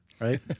right